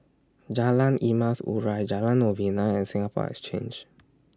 Jalan Emas Urai Jalan Novena and Singapore Exchange